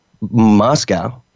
Moscow